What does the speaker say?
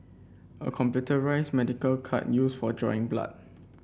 a computerised medical cart used for drawing blood